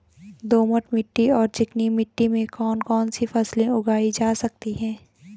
दोमट मिट्टी और चिकनी मिट्टी में कौन कौन सी फसलें उगाई जा सकती हैं?